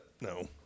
no